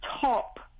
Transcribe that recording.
top